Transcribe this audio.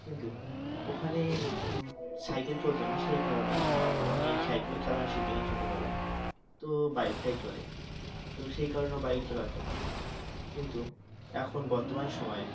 কিন্তু ওখানে সাইকেল চলতো না সেই কারণে আমি সাইকেলও চালানো শিখিনি ছোটোবেলায় তো বাইকটাই চলে তো সেই কারণেও বাইক চালাতো কিন্তু এখন বর্তমান সময়ে